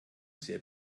sehr